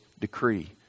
decree